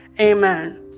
Amen